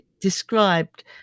described